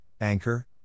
Anchor